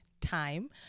time